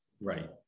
Right